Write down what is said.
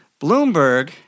Bloomberg